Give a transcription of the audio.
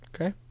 Okay